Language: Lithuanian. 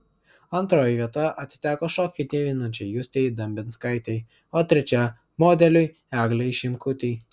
antroji vieta atiteko šokį dievinančiai justei dambinskaitei o trečia modeliui eglei šimkutei